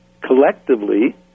collectively